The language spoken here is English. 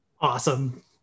Awesome